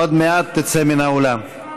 עוד מעט תצא מן האולם.